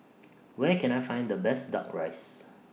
Where Can I Find The Best Duck Rice